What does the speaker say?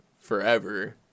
forever